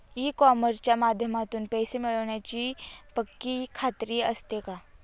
E कॉमर्सच्या माध्यमातून पैसे मिळण्याची पक्की खात्री असते का?